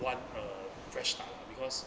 want a fresh start lah because